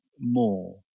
more